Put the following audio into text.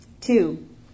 Two